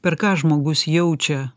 per ką žmogus jaučia